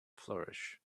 flourish